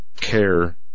CARE